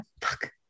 fuck